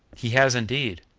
he has, indeed,